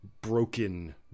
broken